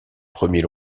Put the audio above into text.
premiers